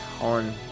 on